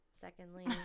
Secondly